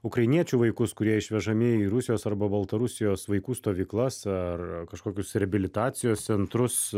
ukrainiečių vaikus kurie išvežami į rusijos arba baltarusijos vaikų stovyklas ar kažkokius reabilitacijos centrus